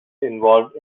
involved